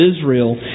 Israel